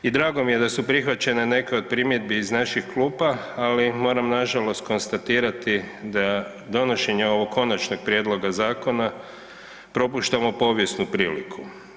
I drago mi je da su prihvaćene neke od primjedbe iz naših klupa, ali moram nažalost konstatirati da donošenje ovog konačnog prijedloga zakona propuštamo povijesnu priliku.